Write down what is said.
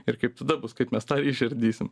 ir kaip tada bus kaip mes tą išardysim